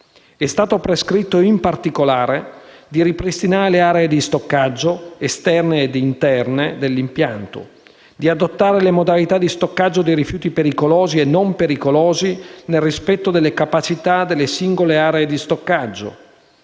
È stato prescritto, in particolare, di ripristinare le aree di stoccaggio esterne ed interne all'impianto; di adottare le modalità di stoccaggio dei rifiuti pericolosi e non pericolosi nel rispetto delle capacità delle singole aree di stoccaggio;